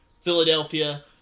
Philadelphia